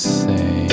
say